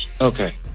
Okay